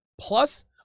Plus